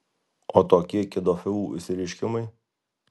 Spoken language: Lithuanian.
o tokie kedofilų išsireiškimai